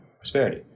prosperity